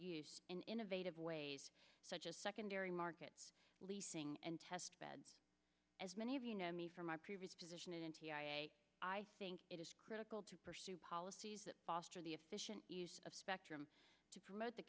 use in innovative ways such as secondary markets leasing and testbed as many of you know me from my previous position and i think it is critical to pursue policies that foster the efficient use of spectrum to promote the